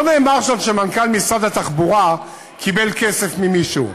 לא נאמר שם שמנכ"ל משרד התחבורה קיבל כסף ממישהו.